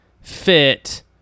fit